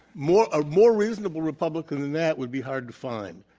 more ah more reasonable republican than that would be hard to find.